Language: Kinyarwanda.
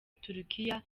turukiya